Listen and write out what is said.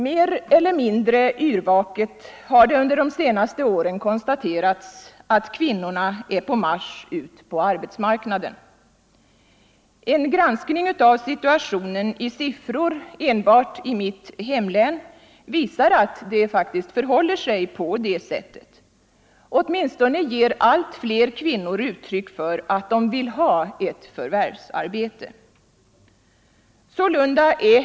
Mer eller mindre yrvaket har det under de senaste åren konstaterats att kvinnorna är på marsch ut på arbetsmarknaden. En granskning av situationen i siffror enbart i mitt hemlän visar att det faktiskt förhåller sig på det sättet. Åtminstone ger allt fler kvinnor uttryck för att de vill ha ett förvärvsarbete.